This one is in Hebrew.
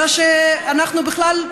אלא אנחנו בכלל,